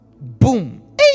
boom